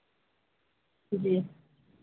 جی